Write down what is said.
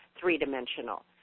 three-dimensional